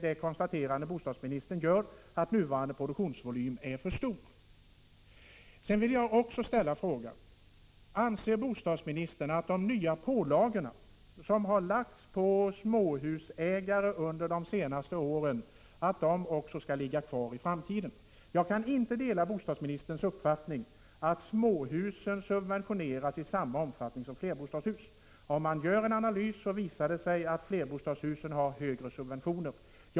Vidare vill jag fråga: Anser bostadsministern att de nya pålagor som lagts på småhusägare under de senaste åren skall finnas kvar i framtiden? Jag delar inte bostadsministerns uppfattning att småhusen subventioneras i samma omfattning som flerbostadshusen. Om man analyserar detta, finner man att flerbostadshusen har större subventioner.